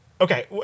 Okay